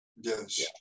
yes